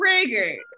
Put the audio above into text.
triggered